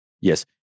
Yes